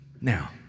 now